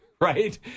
right